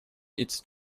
its